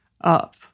up